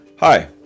Hi